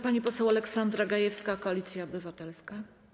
Pani poseł Aleksandra Gajewska, Koalicja Obywatelska.